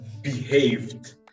behaved